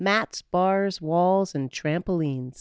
mats bars walls and trampoline